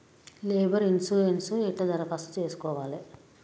Labour insurance ఎట్ల దరఖాస్తు చేసుకోవాలే?